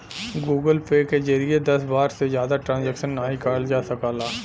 Google Pay के जरिए दस बार से जादा ट्रांजैक्शन नाहीं करल जा सकला